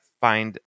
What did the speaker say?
find